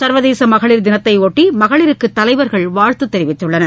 சர்வதேசமகளிர் தினத்தையொட்டி மகளிருக்குதலைவர்கள் வாழ்த்துதெரிவித்துள்ளனர்